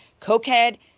cokehead